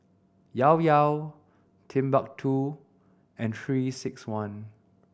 Llao Llao Timbuk Two and Three Six One